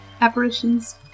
apparitions